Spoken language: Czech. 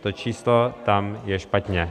To číslo tam je špatně.